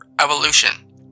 Evolution